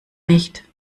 nicht